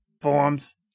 forms